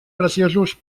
preciosos